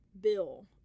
bill